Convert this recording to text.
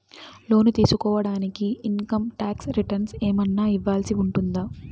లోను తీసుకోడానికి income tax returns ఏమన్నా ఇవ్వాల్సి ఉంటుందా